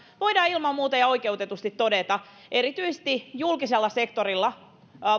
voidaan ilman muuta ja oikeutetusti todeta erityisesti valtaosan julkisella sektorilla